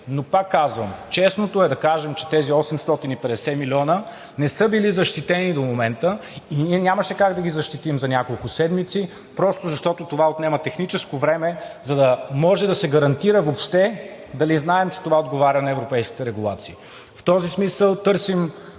Но пак казвам, честното е да кажем, че тези 850 милиона не са били защитени до момента и ние нямаше как да ги защитим за няколко седмици, просто защото това отнема техническо време, за да може да се гарантира въобще дали знаем, че това отговаря на европейската регулация. В този смисъл търсим